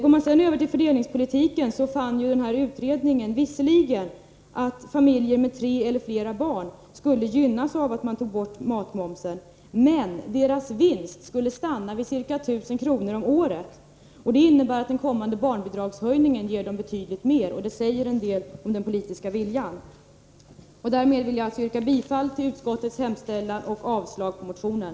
Om man sedan ser på fördelningspolitiken, fann utredningen att familjer med tre eller flera barn visserligen skulle gynnas av att man tog bort momsen på mat, men deras vinst skulle stanna vid ca 1 000 kr. om året. Det innebär att den kommande barnbidragshöjningen ger dem betydligt mer, och det säger en del om den politiska viljan. Därmed vill jag yrka bifall till utskottets hemställan och avslag på motionen.